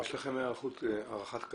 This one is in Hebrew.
ימי האשפוז 132,000 בשנה, יש מרפאות מפותחות.